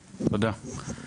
צהריים טובים,